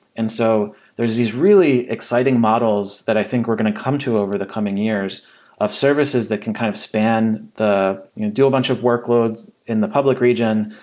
and so there's these really exciting models that i think we're going to come to over the coming years of services that can kind of span, you know do a bunch of workloads in the public region,